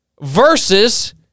versus